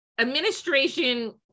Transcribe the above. administration